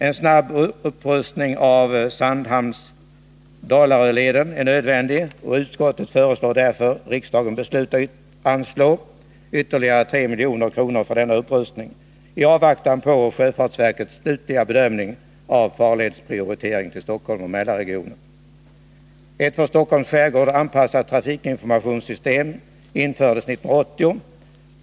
En snabb upprustning av Sandhamns-Dalarö-leden är nödvändig, och utskottet föreslår därför att riksdagen skall besluta anslå ytterligare 3 milj.kr. för denna upprustning, i avvaktan på sjöfartsverkets slutliga bedömning av farledsprioritering till Stockholm och Mälarregionen. Ett för Stockholms skärgård anpassat trafikinformationssystem infördes 1980.